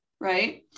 right